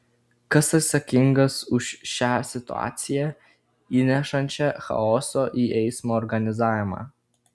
kas atsakingas už šią situaciją įnešančią chaoso į eismo organizavimą